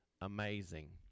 amazing